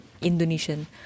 Indonesian